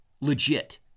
legit